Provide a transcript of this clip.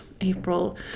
April